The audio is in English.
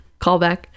Callback